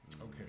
Okay